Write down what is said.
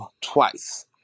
twice